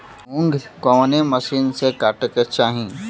मूंग कवने मसीन से कांटेके चाही?